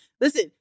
Listen